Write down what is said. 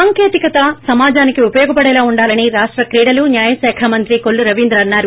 సాంకేతికత సమాజానికి ఉపయోగపడేలా ఉండాలని రాష్ట క్రీడలు న్యాయ శాఖ మంత్రి కోల్లు రవీంద్ర అన్నారు